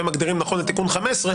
ומגדירים נכון את תיקון 15,